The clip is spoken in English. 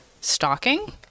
stalking